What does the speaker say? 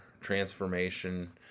transformation